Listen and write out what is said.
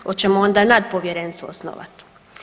Hoćemo onda nadpovjerenstvo osnovati?